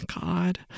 God